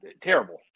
terrible